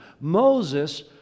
moses